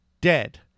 dead